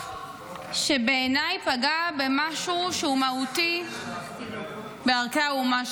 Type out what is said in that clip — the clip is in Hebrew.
שבעיניי פגע במשהו שהוא מהותי בערכי האומה שלנו.